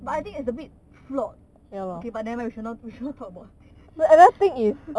but I think it's a bit flawed okay but never mind we should not we should not talk about thi~